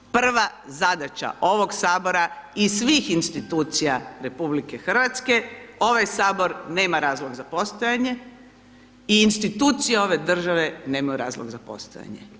Prva zadaća ovog Sabora i svih institucija RH, ovaj Sabor nema razlog za postajanje i institucije ove države nemaju razlog za postojanje.